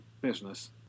business